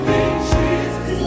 Jesus